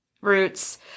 roots